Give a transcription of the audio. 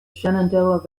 shenandoah